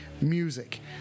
music